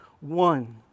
one